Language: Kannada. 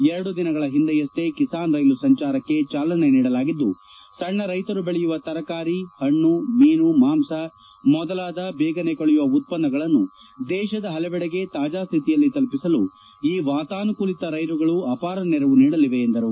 ಎರಡು ದಿನಗಳ ಒಂದೆಯಷ್ಟೇ ಕಿಸಾನ್ ರೈಲು ಸಂಚಾರಕ್ಕೆ ಚಾಲನೆ ನೀಡಲಾಗಿದ್ದು ಸಣ್ಣ ರೈತರು ದೆಳೆಯುವ ತರಕಾರಿ ಪಣ್ಣು ಮೀನು ಮಾಂಸ ಮೊದಲಾದ ದೇಗನೆ ಕೊಳೆಯುವ ಉತ್ಪನ್ನಗಳನ್ನು ದೇಶದ ಪಲವೆಡೆಗೆ ತಾಜಾ ಸ್ಕಿತಿಯಲ್ಲಿ ತಲುಪಿಸಲು ಈ ವಾತಾನುಕೂಲಿತ ರೈಲುಗಳು ಅಪಾರ ನೆರವು ನೀಡಲಿವೆ ಎಂದರು